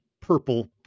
purple